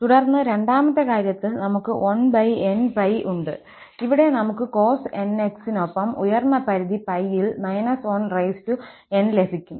തുടർന്ന് രണ്ടാമത്തെ കാര്യത്തിൽ നമുക് 1𝑛𝜋 ഉണ്ട് ഇവിടെ നമുക്ക് cos𝑛𝑥 നൊപ്പം ഉയർന്ന പരിധി 𝜋 ൽ −1𝑛 ലഭിക്കും